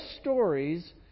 stories